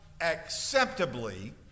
acceptably